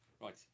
right